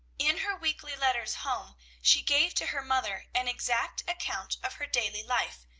in her weekly letters home she gave to her mother an exact account of her daily life,